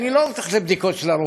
אני לא מתייחס לבדיקות של הרופא,